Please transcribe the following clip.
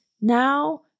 now